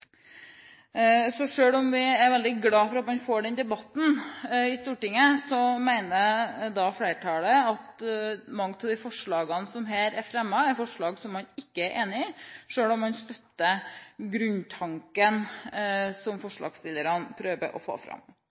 om vi er veldig glad for å få denne debatten i Stortinget, mener flertallet at mange av de forslagene som er fremmet her, er forslag som man ikke er enig i, selv om man støtter grunntanken som forslagsstillerne prøver å få fram.